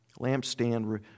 Lampstand